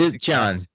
john